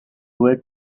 were